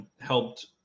helped